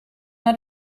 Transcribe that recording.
nei